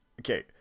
okay